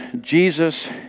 Jesus